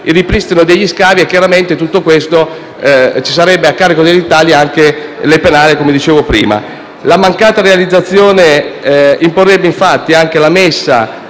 al ripristino degli scavi; chiaramente, oltre a tutto questo, sarebbero a carico dell'Italia anche le penali, come ho prima detto. La mancata realizzazione imporrebbe, infatti, anche la messa